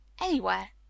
Anywhere